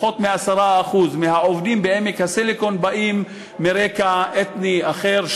פחות מ-10% מהעובדים בעמק הסיליקון באים מרקע אתני אחר,